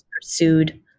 pursued